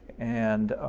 and,